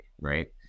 Right